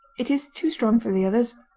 it is too strong for the others.